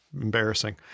embarrassing